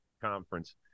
conference